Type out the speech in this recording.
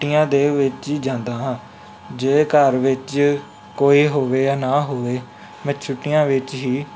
ਛੁੱਟੀਆਂ ਦੇ ਵਿੱਚ ਹੀ ਜਾਂਦਾ ਹਾਂ ਜੇ ਘਰ ਵਿੱਚ ਕੋਈ ਹੋਵੇ ਜਾਂ ਨਾ ਹੋਵੇ ਮੈਂ ਛੁੱਟੀਆਂ ਵਿੱਚ ਹੀ